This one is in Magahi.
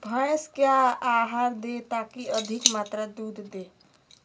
भैंस क्या आहार दे ताकि अधिक मात्रा दूध दे?